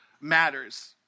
matters